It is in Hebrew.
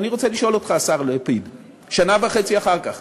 אני רוצה לשאול אותך, השר לפיד, שנה וחצי אחר כך,